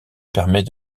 permet